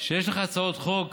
יש לך הצעות חוק